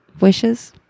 Wishes